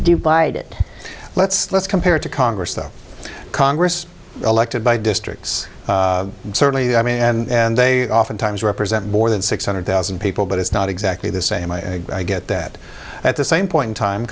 bided let's let's compare to congress the congress elected by districts certainly i mean and they oftentimes represent more than six hundred thousand people but it's not exactly the same i get that at the same point in time